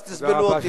אז תסבלו אותי עוד.